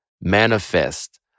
manifest